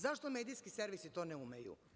Zašto Medijski servisi to ne umeju?